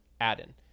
add-in